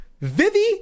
Vivi